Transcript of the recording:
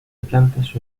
plantas